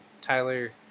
Tyler